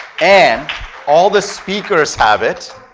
and all the speakers have it.